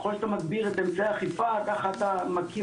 ככל שאתה מגביר את אמצעי האכיפה ככה אתה מקים